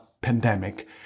pandemic